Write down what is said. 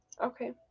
okay